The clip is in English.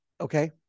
okay